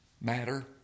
matter